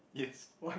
yes